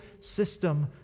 system